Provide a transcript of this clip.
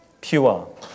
pure